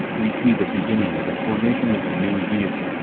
we see the beginning of the formation of a new deity,